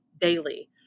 daily